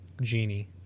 Genie